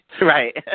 Right